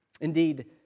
Indeed